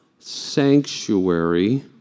sanctuary